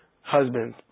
husband